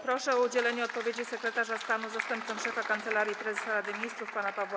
Proszę o udzielenie odpowiedzi sekretarza stanu, zastępcę szefa Kancelarii Prezesa Rady Ministrów pana Pawła